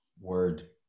Word